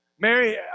Mary